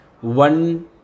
one